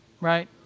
right